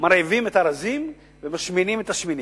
מרעיבים את הרזים ומשמינים את השמנים.